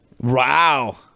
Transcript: wow